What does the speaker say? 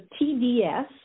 TDS